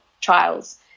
trials